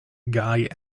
guy